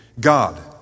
God